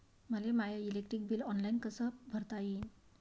मले my electric bill online कस भरता येईन?